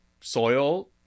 soil